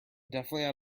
definitely